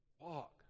walk